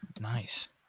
Nice